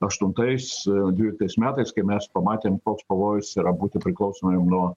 aštuntais dvyliktais metais kai mes pamatėm koks pavojus yra būti priklausomiem nuo